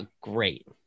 great